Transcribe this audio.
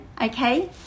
okay